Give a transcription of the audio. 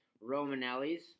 Romanelli's